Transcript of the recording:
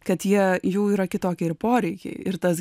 kad jie jų yra kitokie ir poreikiai ir tas